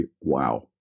wow